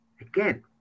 again